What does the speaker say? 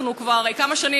כבר כמה שנים,